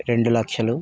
రెండు లక్షలు